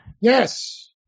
Yes